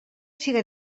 siga